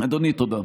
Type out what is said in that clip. אדוני, תודה.